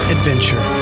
Adventure